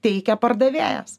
teikia pardavėjas